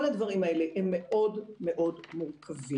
כל הדברים האלה הם מאוד-מאוד מורכבים.